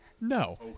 No